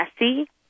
messy